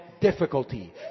difficulty